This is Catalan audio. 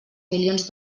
milions